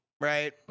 right